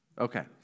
Okay